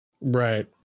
Right